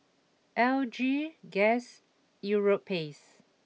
L G Guess Europace